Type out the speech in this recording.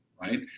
right